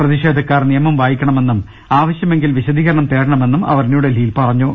പ്രതിഷേധക്കാർ നിയമം വായി ക്കണമെന്നും ആവശ്യമെങ്കിൽ വിശദീകരണം തേടണമെന്നും അവർ ന്യൂഡൽഹിയിൽ പറഞ്ഞു